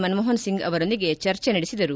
ಮನಮೋಹನ್ ಸಿಂಗ್ ಅವರೊಂದಿಗೆ ಚರ್ಚೆ ನಡೆಸಿದರು